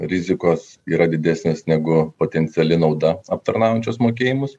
rizikos yra didesnės negu potenciali nauda aptarnaujančius mokėjimus